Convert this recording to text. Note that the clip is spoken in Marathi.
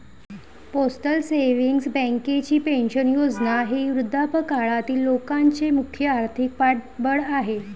पोस्टल सेव्हिंग्ज बँकेची पेन्शन योजना ही वृद्धापकाळातील लोकांचे मुख्य आर्थिक पाठबळ आहे